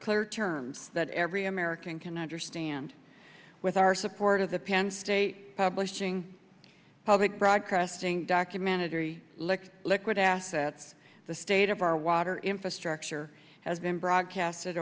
clear terms that every american can understand with our support of the penn state publishing public broadcasting documented very liquid assets the state of our water infrastructure has been broadcast